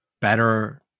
better